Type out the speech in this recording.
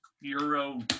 Euro